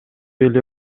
эле